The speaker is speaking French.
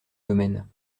domaine